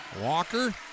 Walker